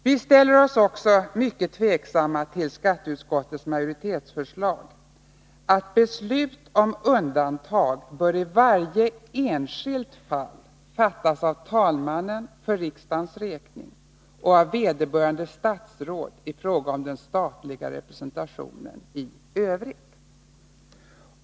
Vi ställer oss också mycket tveksamma till skatteutskottets majoritetsförslag att ”beslut om undantag bör i varje enskilt fall fattas av talmannen för riksdagens räkning och av vederbörande statsråd i fråga om den statliga representationen i övrigt”.